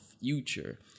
future